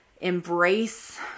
embrace